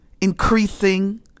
increasing